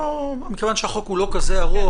מכיוון שהחוק הוא לא כזה ארוך,